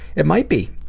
it might be,